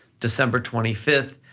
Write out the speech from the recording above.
december twenty five,